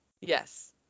Yes